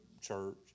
church